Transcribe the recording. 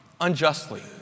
unjustly